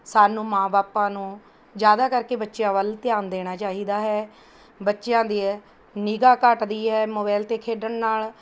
ਸਾਨੂੰ ਮਾਂ ਬਾਪਾਂ ਨੂੰ ਜ਼ਿਆਦਾ ਕਰਕੇ ਬੱਚਿਆਂ ਵੱਲ ਧਿਆਨ ਦੇਣਾ ਚਾਹੀਦਾ ਹੈ ਬੱਚਿਆਂ ਦੀ ਏ ਨਿਗ੍ਹਾਂ ਘੱਟਦੀ ਹੈ ਮੋਬਾਇਲ 'ਤੇ ਖੇਡਣ ਨਾਲ਼